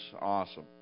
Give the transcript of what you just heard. awesome